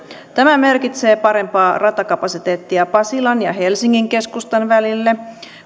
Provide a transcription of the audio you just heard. tämä merkitsee parempaa ratakapasiteettia pasilan ja helsingin keskustan välille